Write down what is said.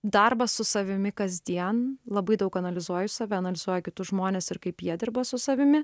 darbas su savimi kasdien labai daug analizuoju save analizuoju kitus žmones ir kaip jie dirba su savimi